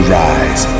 rise